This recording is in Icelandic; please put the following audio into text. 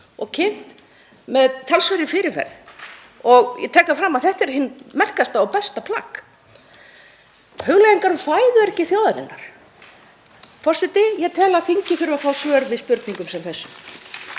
og kynnt með talsverðri fyrirferð og ég tek fram að er hið merkasta og besta plagg, hugleiðingar um fæðuöryggi þjóðarinnar? Forseti. Ég tel að þingið þurfi að fá svör við spurningum sem þessum.